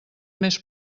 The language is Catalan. més